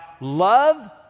love